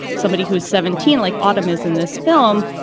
somebody who's seventeen, like autumn is in this film,